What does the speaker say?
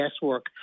guesswork